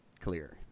clear